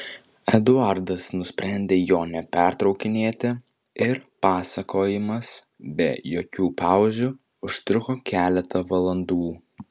eduardas nusprendė jo nepertraukinėti ir pasakojimas be jokių pauzių užtruko keletą valandų